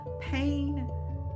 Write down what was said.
Pain